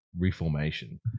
Reformation